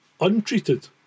untreated